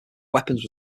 weapons